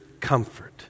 comfort